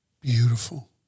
Beautiful